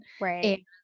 Right